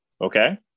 Okay